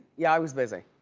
yeah, i was busy.